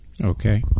Okay